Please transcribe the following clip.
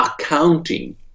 accounting